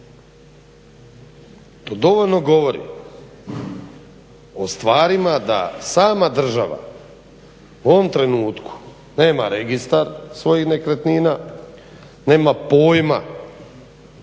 To dovoljno govori o stvarima da sama država u ovom trenutku nema registar svojih nekretnina, nema pojma,